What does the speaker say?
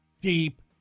deep